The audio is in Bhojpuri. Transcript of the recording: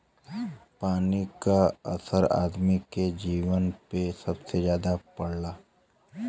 पानी क असर आदमी के जीवन पे सबसे जादा पड़ला